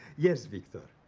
yes, victor.